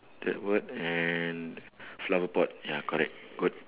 that word and flower pot ya correct good